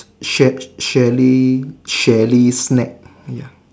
Sha~ shally shally snack ya